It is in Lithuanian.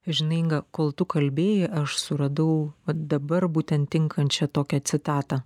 žinai kol tu kalbėjai aš suradau vat dabar būtent tinkančią tokią citatą